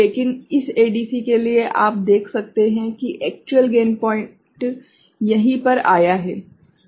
लेकिन इस एडीसी के लिए आप देख सकते हैं कि एक्चुअल गेन पॉइंट यहीं पर आया है